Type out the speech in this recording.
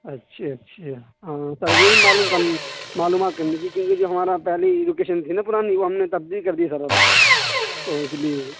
اچھا اچھا ہاں سر یہی معلوم کر معلومات کرنی تھی کیونکہ جو ہمارا پہلی لوکیشن تھی نا پرانی وہ ہم نے تبدیل کر دی سر اب تو اس لیے